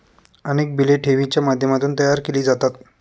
अनेक बिले ठेवींच्या माध्यमातून तयार केली जातात